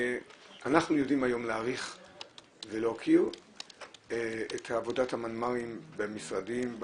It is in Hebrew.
אנחנו יודעים היום להעריך ולהוקיר את עבודת המנמ"רים במשרדים,